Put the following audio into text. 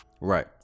Right